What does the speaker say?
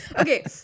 Okay